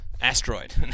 asteroid